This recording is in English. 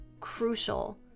crucial